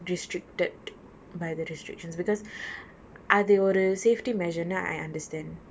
restricted by the restrictions because அது ஒரு:athu oru safety measure நு:nu I understand